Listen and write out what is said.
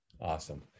Awesome